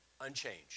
unchanged